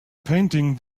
painting